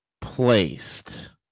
placed